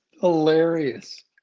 hilarious